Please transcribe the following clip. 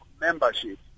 membership